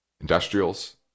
industrials